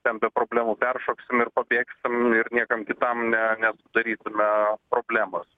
ten be problemų peršoksim ir pabėgsim ir niekam kitam ne nesudarysime problemos